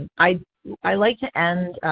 i i like to end